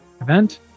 event